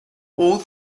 all